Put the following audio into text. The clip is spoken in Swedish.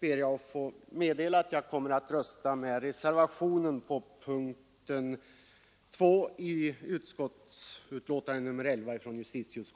ber jag att få meddela att jag kommer att rösta för reservationen 1 vid punkten 2 i justitieutskottets betänkande nr 11.